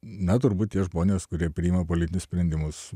na turbūt tie žmonės kurie priima politinius sprendimus